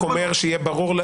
אני רק אומר כדי שיהיה ברור,